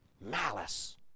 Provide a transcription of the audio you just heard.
malice